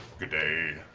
good day,